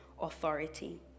authority